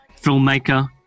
filmmaker